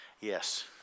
Yes